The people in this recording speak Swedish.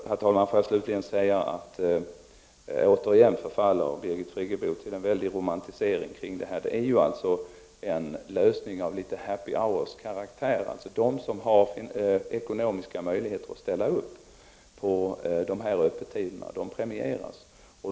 Herr talman! Jag vill avslutningsvis säga att Birgit Friggebo återigen förfaller till en romantisering av detta. Det är en lösning som något har karaktär av happy hour, dvs. de som har ekonomisk möjlighet att ställa upp på dessa öppettider premieras.